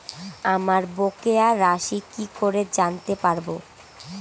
আমার বকেয়া রাশি কি করে জানতে পারবো?